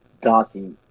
Darcy